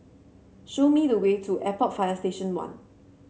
show me the way to Airport Fire Station One